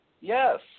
Yes